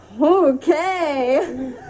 Okay